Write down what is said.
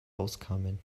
auskamen